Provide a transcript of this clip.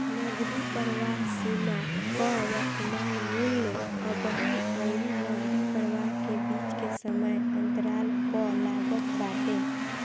नगदी प्रवाह सीमा कअ वर्तमान मूल्य अबही अउरी नगदी प्रवाह के बीच के समय अंतराल पअ लागत बाटे